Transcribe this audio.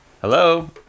Hello